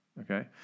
okay